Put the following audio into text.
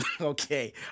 Okay